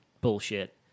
bullshit